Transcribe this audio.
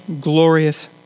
glorious